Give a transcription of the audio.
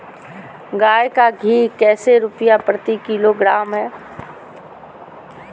गाय का घी कैसे रुपए प्रति किलोग्राम है?